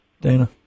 Dana